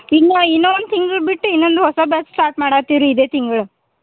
ಇನ್ನು ಇನ್ನು ಒಂದು ತಿಂಗ್ಳು ಬಿಟ್ಟು ಇನ್ನೊಂದು ಹೊಸ ಬ್ಯಾಚ್ ಸ್ಟಾರ್ಟ್ ಮಾಡತ್ತಿವ್ರೀ ಇದೆ ತಿಂಗ್ಳು